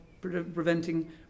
preventing